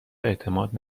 اعتماد